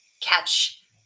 catch